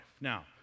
now